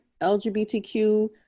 lgbtq